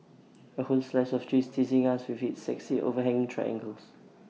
A whole slice of cheese teasing us with its sexy overhanging triangles